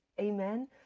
Amen